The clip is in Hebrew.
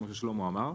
כמו ששלמה אמר,